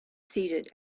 seated